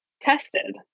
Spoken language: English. tested